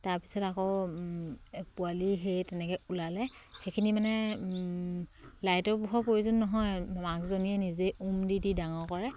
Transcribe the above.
তাৰপিছত আকৌ পোৱালি সেই তেনেকে ওলালে সেইখিনি মানে লাইটৰ পোহৰৰ প্ৰয়োজন নহয় মাকজনীয়ে নিজেই উম দি দি ডাঙৰ কৰে